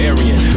Aryan